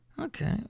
Okay